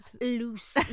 Loose